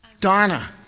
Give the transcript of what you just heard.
Donna